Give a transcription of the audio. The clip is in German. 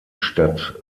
stadt